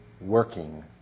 working